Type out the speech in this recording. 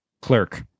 Clerk